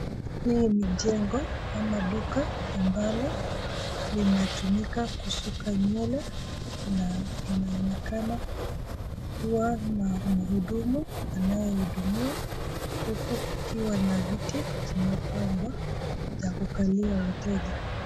Hili ni jengo ama duka ambalo linatumika kusuka nywele na inaonekana kuwa ni mhudumu anayehudumiwa huku kukiwa na viti zimepangwa za kukalia wateja.